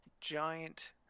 giant